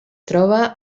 troba